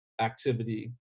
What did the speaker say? activity